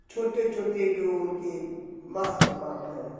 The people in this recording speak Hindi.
छोटे छोटे जो उन के माँ है बाप है